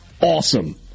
awesome